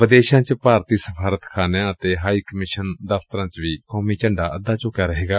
ਵਿਦੇਸ਼ਾਂ ਚ ਭਾਰਤੀ ਸਫਾਰਤ ਖਾਨਿਆਂ ਅਤੇ ਹਾਈ ਕਮਿਸ਼ਨ ਦਫਤਰਾਂ ਚ ਵੀ ਕੌਮੀ ਝੰਡਾ ਅੱਧਾ ਝੁਕਿਆ ਰਹੇਗਾ